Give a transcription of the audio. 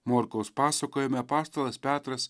morkaus pasakojime apaštalas petras